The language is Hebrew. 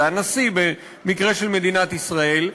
זה הנשיא במקרה של מדינת ישראל,